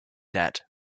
debt